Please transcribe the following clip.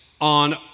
on